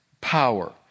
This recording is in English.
power